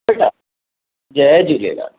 ठीकु आहे बेटा जय झूलेलाल